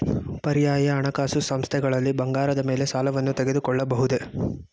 ಪರ್ಯಾಯ ಹಣಕಾಸು ಸಂಸ್ಥೆಗಳಲ್ಲಿ ಬಂಗಾರದ ಮೇಲೆ ಸಾಲವನ್ನು ತೆಗೆದುಕೊಳ್ಳಬಹುದೇ?